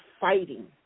fighting